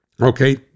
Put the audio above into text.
okay